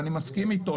ואני מסכים איתו.